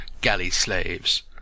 galley-slaves